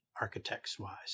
architects-wise